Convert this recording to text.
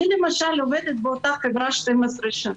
אני למשל עובדת באותה חברה 12 שנים.